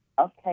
Okay